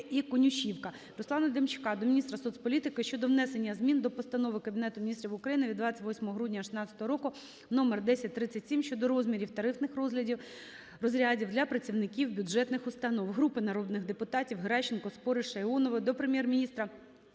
і Конюшівка. Руслана Демчака до міністра соцполітики щодо внесення змін до Постанови Кабінету Міністрів України від 28 грудня 16-го року № 1037 щодо розмірів тарифних розрядів для працівників бюджетних установ. Групи народних депутатів (Геращенко, Спориша, Іонової) до Прем'єр-міністра